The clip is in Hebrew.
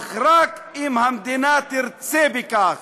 אך רק אם המדינה תרצה בכך,